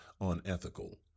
unethical